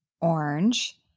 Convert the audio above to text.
orange